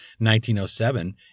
1907